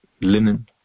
linen